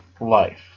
life